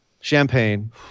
Champagne